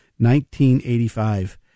1985